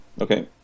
Okay